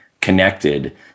connected